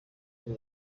kuri